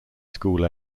school